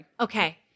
Okay